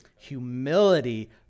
Humility